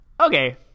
okay